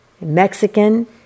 Mexican